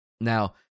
Now